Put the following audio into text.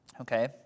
Okay